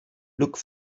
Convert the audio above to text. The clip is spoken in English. look